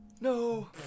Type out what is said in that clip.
No